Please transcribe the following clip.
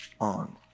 on